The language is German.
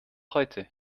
heute